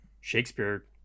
Shakespeare